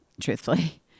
truthfully